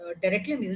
directly